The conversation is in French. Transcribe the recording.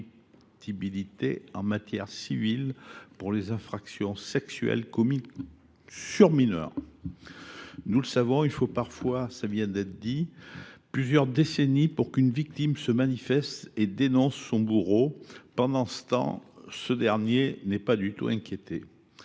l’imprescriptibilité en matière civile pour les infractions sexuelles commises sur mineur. En effet, il faut parfois plusieurs décennies pour qu’une victime se manifeste et dénonce son bourreau. Pendant ce temps, ce dernier n’est pas du tout inquiété.